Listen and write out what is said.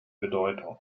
bedeutung